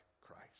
Christ